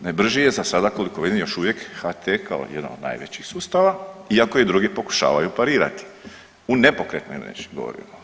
Najbrži je za sada koliko vidim još uvijek HT kao jedan od najvećih sustava iako i drugi pokušavaju parirati u nepokretnoj mreži govorimo.